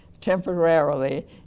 temporarily